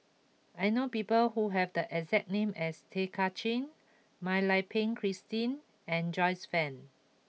I know people who have the exact name as Tay Kay Chin Mak Lai Peng Christine and Joyce Fan